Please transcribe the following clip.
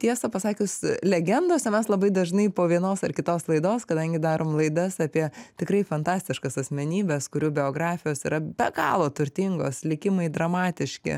tiesą pasakius legendose mes labai dažnai po vienos ar kitos laidos kadangi darom laidas apie tikrai fantastiškas asmenybes kurių biografijos yra be galo turtingos likimai dramatiški